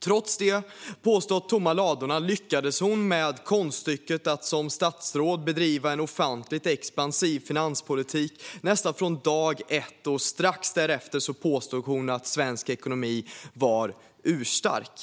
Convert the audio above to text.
Trots de påstått tomma ladorna lyckades hon med konststycket att som statsråd bedriva en ofantligt expansiv finanspolitik nästan från dag ett, och strax därefter påstod hon att svensk ekonomi var urstark.